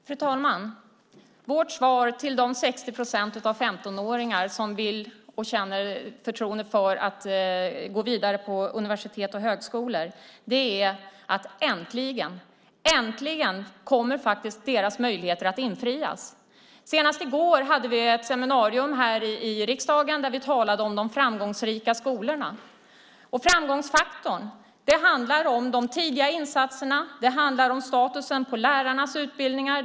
Fru talman! Vårt svar till de 60 procent av 15-åringarna som vill gå vidare till universitet och högskolor är att deras drömmar äntligen kommer att infrias. Senast i går hade vi ett seminarium här i riksdagen där vi talade om de framgångsrika skolorna. Framgångsfaktorn handlar om de tidiga insatserna. Det handlar om statusen på lärarnas utbildningar.